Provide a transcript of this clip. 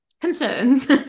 concerns